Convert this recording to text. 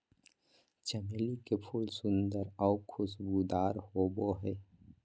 चमेली के फूल सुंदर आऊ खुशबूदार होबो हइ